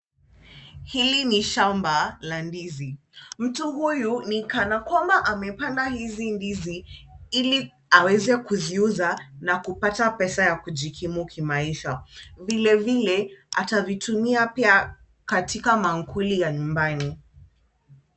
Hili ni shamba la ndizi. Mtu huyu ni kana kwamba amepanda hizi ndizi ili aweze kuziuza na kupata pesa ya kujikimu kimaisha, vilevile atavitumia pia katika maankuli ya nyumbani.